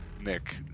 Nick